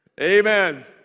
Amen